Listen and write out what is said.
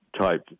type